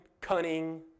cunning